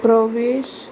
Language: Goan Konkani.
प्रवेश